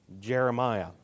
Jeremiah